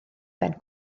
ben